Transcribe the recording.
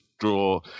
draw